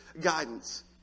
guidance